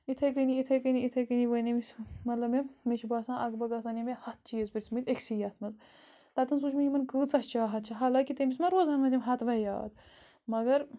یِتھَے کٔنی یِتھَے کٔنی یِتھَے کٔنی ؤنۍ أمِس مطلب مےٚ مےٚ چھِ باسان اَگ بَگ آسَن أمۍ مےٚ ہَتھ چیٖز پِرٛژھۍمٕتۍ أکۍسٕے یَتھ منٛز تَتہٕ حظ وٕچھ مےٚ یِمَن کۭژاہ چاہَت چھےٚ حالانٛکہِ تٔمِس مَہ روزۂن وۄنۍ تِم ہَتوَے یاد مگر